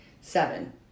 Seven